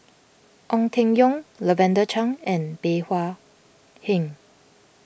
Ong Keng Yong Lavender Chang and Bey Hua Heng